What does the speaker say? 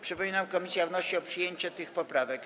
Przypominam, że komisja wnosi o przyjęcie tych poprawek.